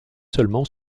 seulement